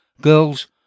girls